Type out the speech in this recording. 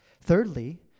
Thirdly